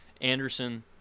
Anderson